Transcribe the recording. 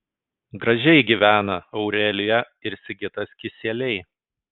gražiai gyvena aurelija ir sigitas kisieliai